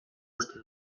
uste